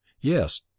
yes